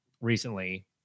recently